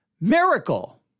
miracle